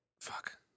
Fuck